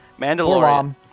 Mandalorian